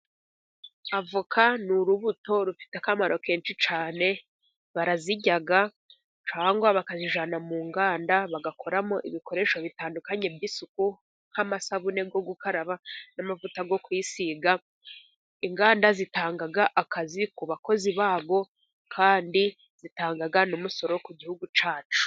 Avoka ni urubuto rufite akamaro kenshi cyane, barazirya cyangwa bakazijyana mu nganda bagakoramo ibikoresho bitandukanye by'isuku nk'amasabune yo gukaraba, n'amavuta yo kwisiga. Inganda zitanga akazi ku bakozi babo, kandi zitanga n'umusoro ku gihugu cyacu.